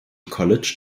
college